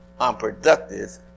unproductive